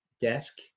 desk